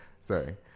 Sorry